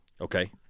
Okay